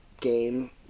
game